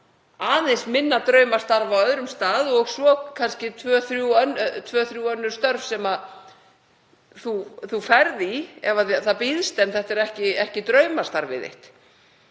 aðeins minna draumastarf á öðrum stað og svo kannski tvö, þrjú önnur störf sem maður fer í ef það býðst en það eru ekki draumastörfin.